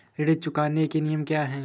ऋण चुकाने के नियम क्या हैं?